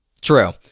True